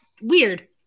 weird